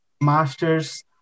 Masters